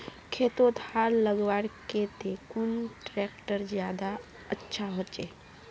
खेतोत हाल लगवार केते कुन ट्रैक्टर ज्यादा अच्छा होचए?